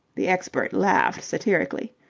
the expert laughed satirically.